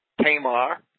Tamar